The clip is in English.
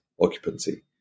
occupancy